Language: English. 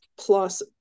plus